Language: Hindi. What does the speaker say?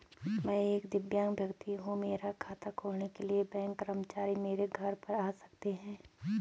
मैं एक दिव्यांग व्यक्ति हूँ मेरा खाता खोलने के लिए बैंक कर्मचारी मेरे घर पर आ सकते हैं?